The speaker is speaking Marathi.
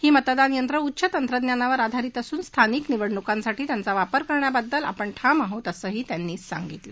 ही मतदानयंत्र उच्च तंत्रज्ञानावर आधारित असून स्थानिक निवडणुकांसाठी त्यांचा वापर करण्याबाबत आपण ठाम आहोत असंही त्यांनी सांगितलं